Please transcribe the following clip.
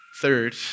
Third